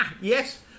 Yes